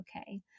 okay